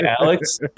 Alex